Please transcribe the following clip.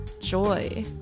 joy